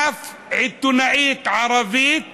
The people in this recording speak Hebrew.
אף עיתונאית ערבייה